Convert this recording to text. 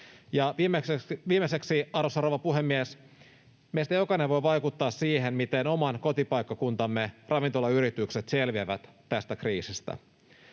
viimeiseksi, arvoisa rouva puhemies, meistä jokainen voi vaikuttaa siihen, miten oman kotipaikkakuntamme ravintolayritykset selviävät tästä kriisistä.